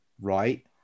right